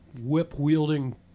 whip-wielding